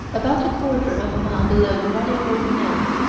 about a quarter of a mile below rutherford mills,